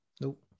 Nope